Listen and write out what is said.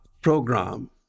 program